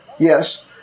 Yes